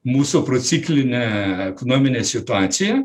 mūsų prociklinę ekonominę situaciją